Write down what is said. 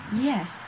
yes